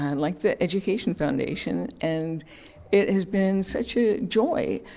and like the education foundation, and it has been such a joy.